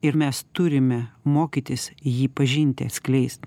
ir mes turime mokytis jį pažinti atskleist